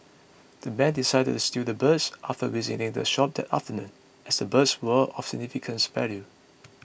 the men decided to steal the birds after visiting the shop that afternoon as the birds were of significant value